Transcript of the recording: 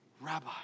Rabbi